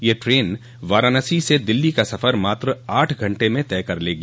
यह टन वाराणसी से दिल्ली का सफर मात्र आठ घंटे में तय कर लेगी